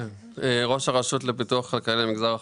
ראש הרשות לפיתוח כלכלי למגזר החרדי,